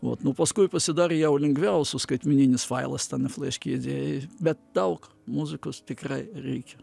vot nu paskui pasidarė jau lengviau su skaitmeninis failas ten fleškę įdėjai bet daug muzikos tikrai reikia